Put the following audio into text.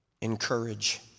Encourage